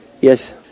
Yes